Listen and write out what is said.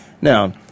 Now